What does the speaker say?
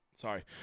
sorry